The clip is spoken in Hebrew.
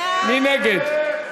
מי נגד?